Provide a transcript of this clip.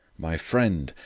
my friend,